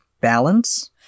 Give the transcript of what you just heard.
balance